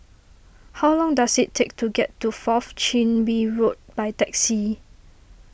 how long does it take to get to Fourth Chin Bee Road by taxi